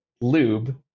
lube